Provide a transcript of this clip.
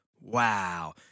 wow